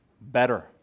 better